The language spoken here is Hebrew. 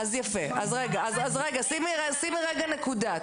רגע, שימי רגע נקודה.